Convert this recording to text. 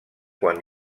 quan